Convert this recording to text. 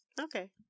Okay